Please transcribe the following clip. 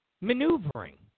maneuvering